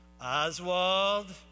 Oswald